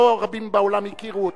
לא רבים בעולם הכירו אותה.